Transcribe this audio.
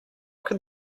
could